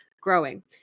growing